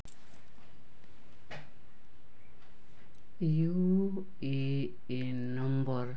U A N number